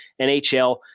NHL